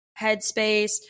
headspace